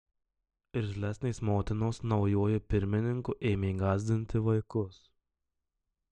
irzlesnės motinos naujuoju pirmininku ėmė gąsdinti vaikus